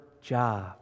job